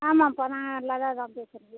ஆமாம்ப்பா நான் லதாதான் பேசுகிறது